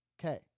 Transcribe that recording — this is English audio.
Okay